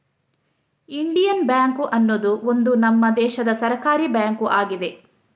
Indian bank ಅನ್ನುದು ಒಂದು ನಮ್ಮ ದೇಶದ ಸರ್ಕಾರೀ ಬ್ಯಾಂಕು ಆಗಿದೆ